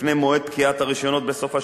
לפני מועד פקיעת הרשיונות בסוף השנה.